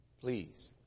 Please